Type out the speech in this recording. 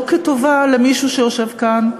לא כטובה למישהו שיושב כאן,